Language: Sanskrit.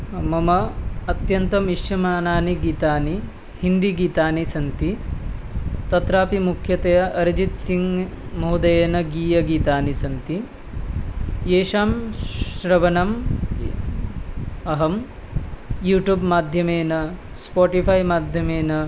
मम अत्यन्तम् इष्यमानानि गीतानि हिन्दिगीतानि सन्ति तत्रापि मुख्यतया अर्जित्सिङ्गमहोदयेन गीयगीतानि सन्ति येषां श्रवणम् अहं यूटूब् माध्यमेन स्पोटिफ़ै माध्यमेन